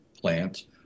plant